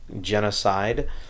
genocide